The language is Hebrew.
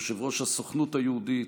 יושב-ראש הסוכנות היהודית,